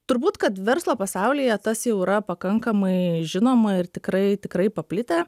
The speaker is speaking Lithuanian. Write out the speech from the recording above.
turbūt kad verslo pasaulyje tas jau yra pakankamai žinoma ir tikrai tikrai paplitę